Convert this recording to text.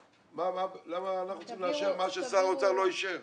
למה אנחנו צריכים לאשר מה ששר האוצר לא אישר?